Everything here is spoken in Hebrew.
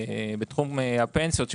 בתחום הפנסיות,